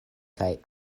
kaj